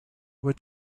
were